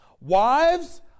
Wives